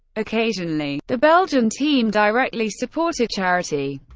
occasionally, the belgian team directly supported charity.